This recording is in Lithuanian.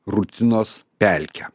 rutinos pelke